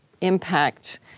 impact